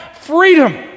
freedom